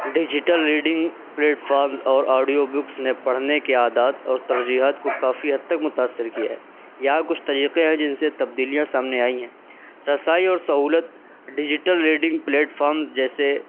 digital reading platforms اور audio books نے پڑھنے کے عادات اور ترجیحات کو کافی حد تک متاثر کیا ہے یہاں کچھ طریقے ہیں جن سے تبدیلیاں سامنے آئی ہیں رسائی اور سہولت ڈیجیٹل ریڈنگ پلیٹ فامس جیسے